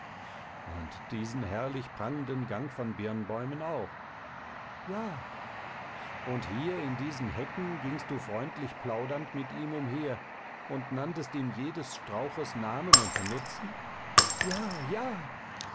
und diesen herrlich prangenden gang von birnbäumen auch ja und hier in diesen hecken gingst du freundlich plaudernd mit ihm umher und nanntest ihm jedes strauches namen und nutzen ja ja